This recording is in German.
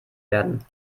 werden